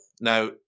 Now